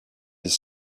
his